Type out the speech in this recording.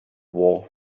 war